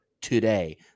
today